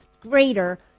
greater